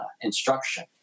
instruction